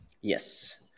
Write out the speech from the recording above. Yes